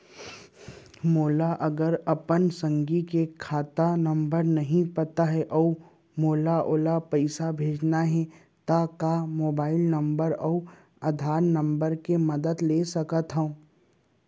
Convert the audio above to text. मोला अगर अपन संगी के खाता नंबर नहीं पता अऊ मोला ओला पइसा भेजना हे ता का मोबाईल नंबर अऊ आधार नंबर के मदद ले सकथव?